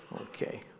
Okay